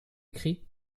écrit